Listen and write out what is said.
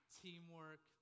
teamwork